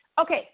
Okay